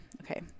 Okay